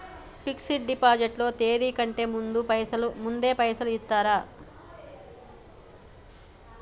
Fix డ్ deposit లో తేది కంటే ముందే పైసలు ఇత్తరా?